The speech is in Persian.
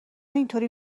اینطوری